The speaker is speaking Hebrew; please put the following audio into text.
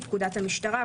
פקודת המשטרה,